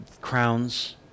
crowns